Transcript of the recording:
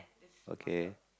okay